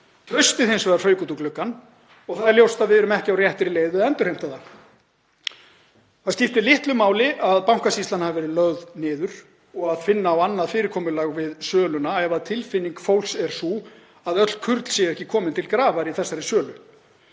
Traustið hins vegar fauk út um gluggann og það er ljóst að við erum ekki á réttri leið við endurheimta það. Það skiptir litlu máli að Bankasýslan hafi verið lögð niður og að finna eigi annað fyrirkomulag við söluna ef tilfinning fólks er sú að öll kurl séu ekki komin til grafar í þessari sölu.